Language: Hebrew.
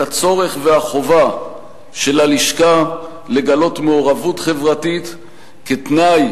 את הצורך והחובה של הלשכה לגלות מעורבות חברתית כתנאי